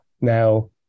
now